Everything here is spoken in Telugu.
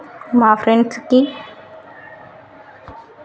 మా ఫ్రెండుకి అనారోగ్యం వచ్చే సరికి అందరం కలిసి డొనేషన్లు ఇచ్చి సహకరించాం